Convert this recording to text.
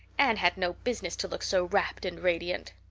anne had no business to look so rapt and radiant.